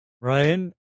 ryan